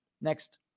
Next